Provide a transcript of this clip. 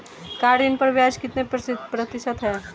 Car ऋण पर ब्याज कितने प्रतिशत है?